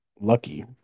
Lucky